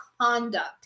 conduct